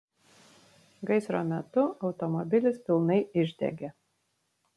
gaisro metu automobilis pilnai išdegė